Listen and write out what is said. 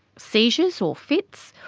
seizures or fits,